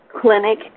Clinic